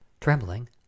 Trembling